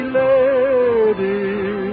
lady